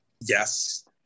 Yes